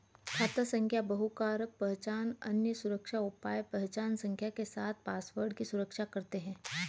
खाता संख्या बहुकारक पहचान, अन्य सुरक्षा उपाय पहचान संख्या के साथ पासवर्ड की सुरक्षा करते हैं